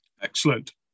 excellent